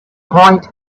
point